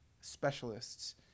specialists